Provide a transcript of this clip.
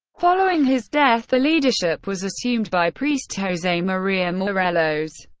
following his death, the leadership was assumed by priest jose maria morelos,